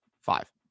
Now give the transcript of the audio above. Five